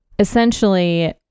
Essentially